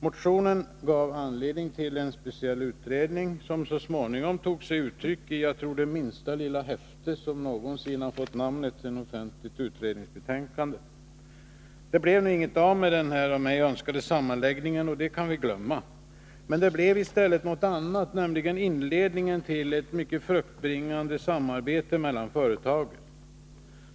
Motionen gav anledning till en speciell utredning, som så småningom tog sig uttryck i det troligen minsta lilla häfte som någonsin fått namnet offentligt utredningsbetänkande. Det blev inget av med den av mig önskade sammanläggningen, och det kan vi glömma. Men det blev något annat, nämligen inledningen till ett mycket fruktbringande samarbete mellan företagen.